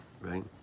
Right